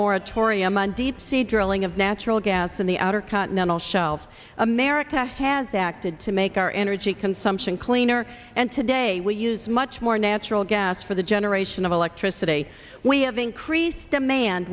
sea drilling of natural gas in the outer continental shelf america has acted to make our energy consumption cleaner and today we use much more natural gas for the generation of electricity we have increased deman